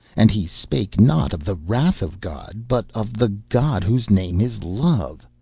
and he spake not of the wrath of god, but of the god whose name is love.